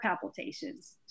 palpitations